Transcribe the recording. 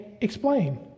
explain